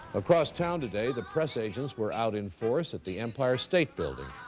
across town today the press agents were out in force at the empire state building,